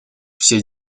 все